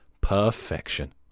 perfection